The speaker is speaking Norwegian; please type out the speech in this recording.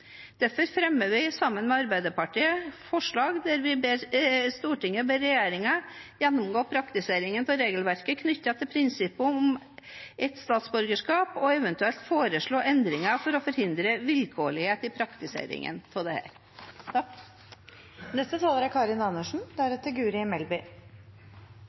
Derfor fremmer vi, sammen med Arbeiderpartiet, følgende forslag: «Stortinget ber regjeringen gjennomgå praktiseringen av regelverket knyttet til prinsippet om enkelt statsborgerskap og eventuelt foreslå endringer for å forhindre vilkårlighet i praktiseringen av